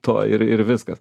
to ir ir viskas